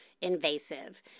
invasive